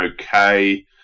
okay